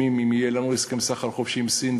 אם יהיה לנו הסכם סחר חופשי עם סין,